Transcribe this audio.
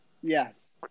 Yes